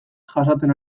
jasaten